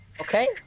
Okay